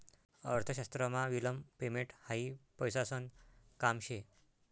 अर्थशास्त्रमा विलंब पेमेंट हायी पैसासन काम शे